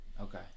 Okay